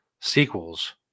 sequels